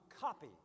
copy